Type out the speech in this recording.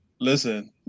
Listen